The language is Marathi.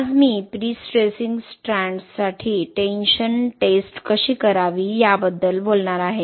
आज मी प्रीस्ट्रेसिंग स्ट्रँड्ससाठी टेन्शन टेस्ट कशी करावी याबद्दल बोलणार आहे